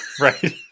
Right